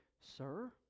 Sir